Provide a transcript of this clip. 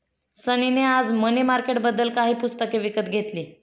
सनी ने आज मनी मार्केटबद्दल काही पुस्तके विकत घेतली